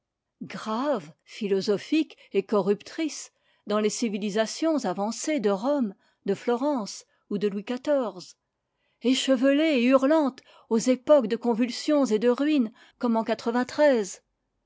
grave philosophique et corruptrice dans les civilisations avancées de rome de florence ou de louis xiv échevelée et hurlante aux époques de convulsions et de ruines comme en